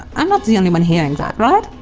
i'm not the only one hearing that, right?